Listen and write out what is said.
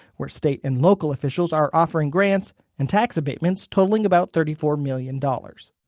where state and local officials are offering grants and tax abatements totaling about thirty four million dollars.